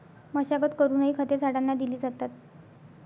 मशागत करूनही खते झाडांना दिली जातात